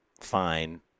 fine